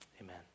amen